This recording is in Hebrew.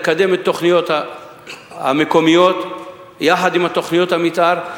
לקדם את התוכניות המקומיות יחד עם תוכניות המיתאר.